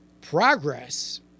Progress